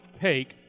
take